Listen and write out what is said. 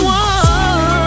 one